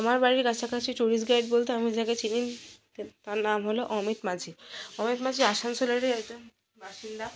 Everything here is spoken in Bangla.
আমার বাড়ির কাছাকাছি ট্যুরিস্ট গাইড বলতে যাকে চিনি তার নাম হলো অমিত মাঝি অমিত মাঝি আসানসোলেরই একজন বাসিন্দা